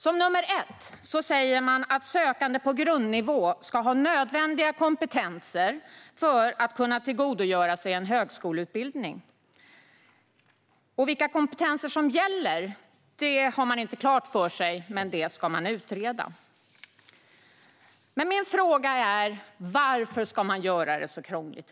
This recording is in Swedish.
För det första säger man att sökande på grundnivå ska ha nödvändiga kompetenser för att kunna tillgodogöra sig en högskoleutbildning. Vilka kompetenser som gäller har man inte klart för sig, men man ska utreda det. Min fråga till regeringen är: Varför ska man göra det så krångligt?